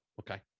okay